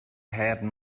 had